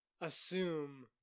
assume